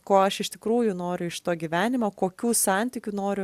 ko aš iš tikrųjų noriu iš to gyvenimo kokių santykių noriu